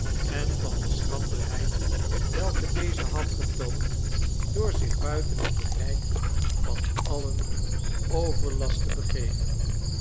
en van de schranderheid welke deze had getoond door zich buiten het bereik van alien overlast te begeven